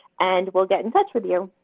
and we'll get in touch with you.